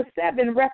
seven